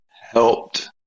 helped